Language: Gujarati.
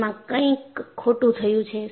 એમાં કંઈક ખોટું થયું છે